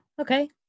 Okay